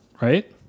right